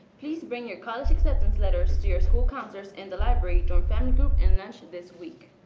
please bring your college acceptance letters to your school counselors in the library during family group and lunch this week.